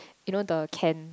you know the can